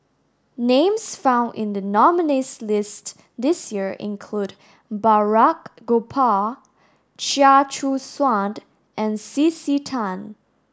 names found in the nominees' list this year include Balraj Gopal Chia Choo Suan and C C Tan